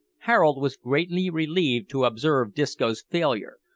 harold was greatly relieved to observe disco's failure,